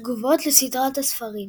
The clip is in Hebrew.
תגובות לסדרת הספרים